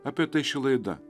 apie tai ši laida